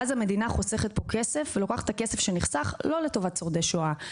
ואז המדינה חוסכת פה כסף ולוקחת שלא לטובת שורדי שואה את הכסף שנחסך.